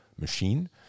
machine